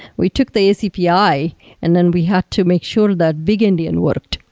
we took the acpi and then we had to make sure that big indian worked.